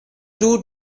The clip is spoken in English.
two